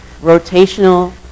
rotational